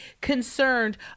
concerned